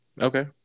Okay